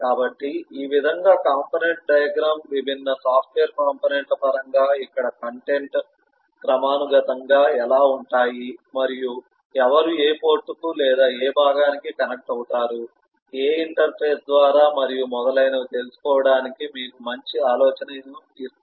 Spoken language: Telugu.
కాబట్టి ఈ విధంగా కాంపోనెంట్ డయాగ్రమ్ విభిన్న సాఫ్ట్వేర్ కాంపోనెంట్ ల పరంగా ఇక్కడ కంటెంట్ క్రమానుగతంగా ఎలా ఉంటాయి మరియు ఎవరు ఏ పోర్టుకు లేదా ఏ భాగానికి కనెక్ట్ అవుతారు ఏ ఇంటర్ఫేస్ ద్వారా మరియు మొదలైనవి తెలుసుకోవటానికి మీకు మంచి ఆలోచనను ఇస్తుంది